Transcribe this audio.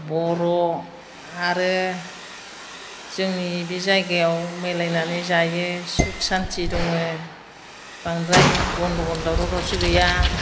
बर' आरो जोंनि बे जायगायाव मिलायनानै जायो सुख सान्थि दंङ बांद्राय गन्द'गल दावराव दावसि गैया